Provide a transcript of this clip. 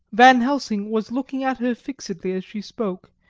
van helsing was looking at her fixedly as she spoke,